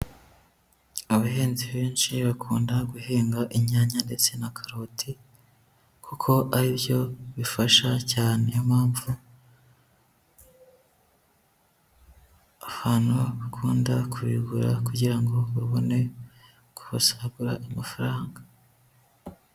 Abahinzi benshi bakunda guhinga inyanya ndetse na karoti kuko ari byo bifasha cyane. Ni yo mpamvu, ahantu bakunda kubigura kugira ngo babone uko basagura amafaranga.